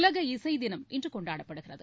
உலக இசை தினம் இன்று கொண்டாடப்படுகிறது